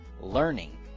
learning